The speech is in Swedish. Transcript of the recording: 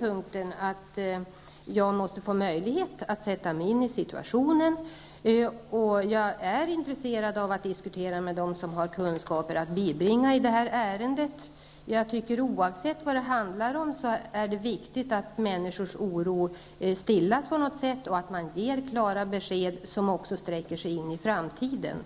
om att jag måste få möjlighet att sätta mig in i situationen. Jag är intresserad av att diskutera med dem som har kunskaper att bibringa i det här ärendet. Oavsett vad det handlar om är det viktigt att människors oro stillas på något sätt och att man ger klara besked som också sträcker sig in i framtiden.